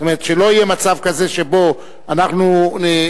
זאת אומרת שלא יהיה מצב כזה שבו אנחנו נחויב,